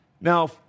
Now